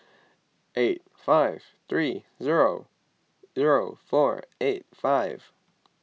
eight five three zero zero four eight five